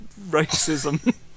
racism